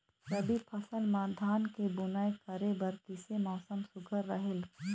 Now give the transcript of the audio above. रबी फसल म धान के बुनई करे बर किसे मौसम सुघ्घर रहेल?